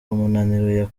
yakuye